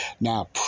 Now